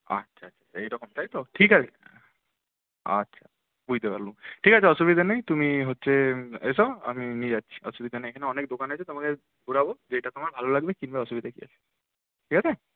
আচ্ছা আচ্ছা এই রকম তাই তো ঠিক আছে আচ্ছা বুঝতে পারলুম ঠিক আছে অসুবিধা নেই তুমি হচ্ছে এসো আমি নিয়ে যাচ্ছি অসুবিধা নেই এখানে অনেক দোকান আছে তোমাকে ঘোরাবো যেইটা তোমার ভালো লাগবে কিনবে অসুবিধে কী আছে ঠিক আছে